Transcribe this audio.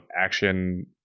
action